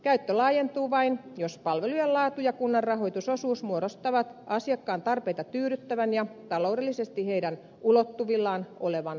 käyttö laajentuu vain jos palvelujen laatu ja kunnan rahoitusosuus muodostavat asiakkaiden tarpeita tyydyttävän ja taloudellisesti heidän ulottuvillaan olevan kokonaisuuden